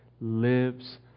lives